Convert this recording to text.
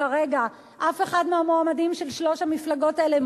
כרגע אף אחד מהמועמדים של שלוש המפלגות האלו,